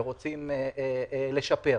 רוצים לשפר.